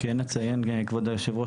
כבוד היושב-ראש,